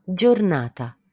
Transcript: giornata